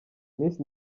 miss